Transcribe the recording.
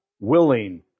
willing